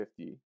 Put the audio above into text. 50